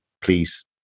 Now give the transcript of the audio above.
please